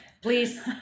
please